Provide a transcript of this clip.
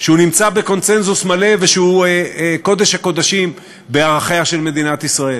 שהוא נמצא בקונסנזוס מלא ושהוא קודש הקודשים בערכיה של מדינת ישראל.